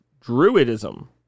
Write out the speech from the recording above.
druidism